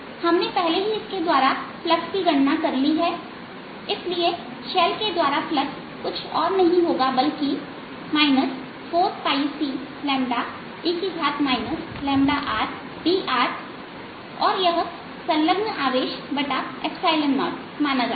हमने पहले ही इसके द्वारा फ्लक्स की गणना कर ली है इसलिए इस शैल के द्वारा फ्लक्स कुछ नहीं होगा बल्कि 4ce rdrऔर यह संलग्न आवेश0माना जाता है